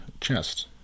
chest